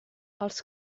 els